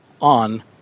on